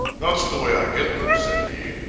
that's the way i get them, said he.